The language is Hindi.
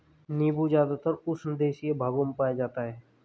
नीबू ज़्यादातर उष्णदेशीय भागों में पाया जाता है